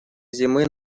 зимы